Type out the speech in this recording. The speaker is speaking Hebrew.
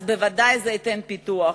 זה ודאי ייתן פיתוח,